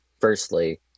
firstly